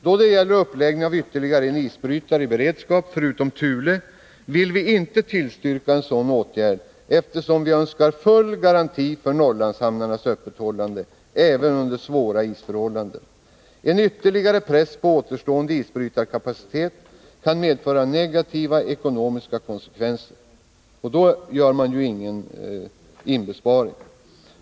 Då det gäller uppläggning av ytterligare en isbrytare i beredskap, förutom Thule, vill vi inte tillstyrka en sådan åtgärd, eftersom vi önskar full garanti för Norrlandshamnarnas öppethållande även under svåra isförhållanden. En ytterligare press på återstående isbrytarkapacitet kan medföra negativa ekonomiska konsekvenser, och då gör man ju ingen inbesparing.